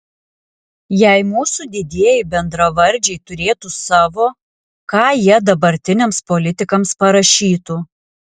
jei mūsų didieji bendravardžiai turėtų savo ką jie dabartiniams politikams parašytų